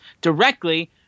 directly